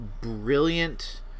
brilliant